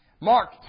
Mark